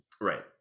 Right